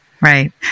Right